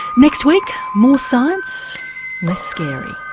next week, more science less scary